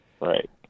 Right